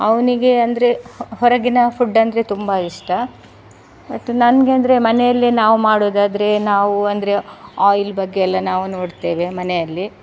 ಅವನಿಗೆ ಅಂದರೆ ಹೊರಗಿನ ಫುಡ್ ಅಂದರೆ ತುಂಬ ಇಷ್ಟ ಮತ್ತು ನನಗೆ ಅಂದರೆ ಮನೆಯಲ್ಲೇ ನಾವು ಮಾಡುದಾದ್ರೆ ನಾವು ಅಂದರೆ ಆಯಿಲ್ ಬಗ್ಗೆ ಅಲ್ಲ ನಾವು ನೊಡ್ತೇವೆ ಮನೆಯಲ್ಲಿ